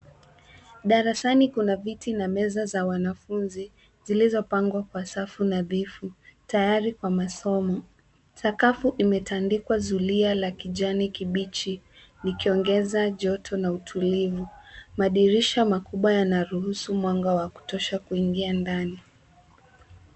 Darasani kuna viti na meza za wanafunzi zilizopangwa kwa safu nadhifu, tayari kwa masomo. Sakafu imetandikwa zulia la kijani kibichi likiongeza joto na utulivu. Madirisha makubwa yanaruhusu mwanga wa kutosha kuingia ndani.